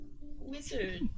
wizard